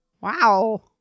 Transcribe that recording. Wow